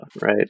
right